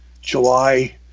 July